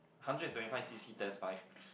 hundred and twenty five C_C test bike